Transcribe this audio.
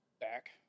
back